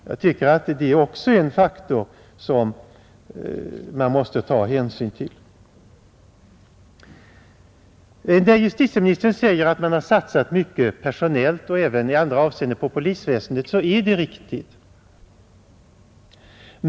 Jag tycker att det också är en faktor som man måste ta hänsyn till. När justitieministern säger att man har satsat mycket personellt och även i andra avseenden på polisväsendet så är det riktigt.